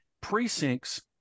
precincts